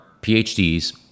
PhDs